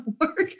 work